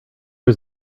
was